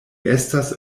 estas